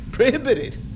Prohibited